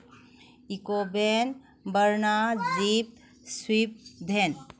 eco van Verna jeep swift van